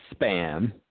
Spam